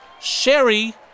Sherry